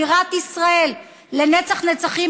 בירת ישראל לנצח נצחים,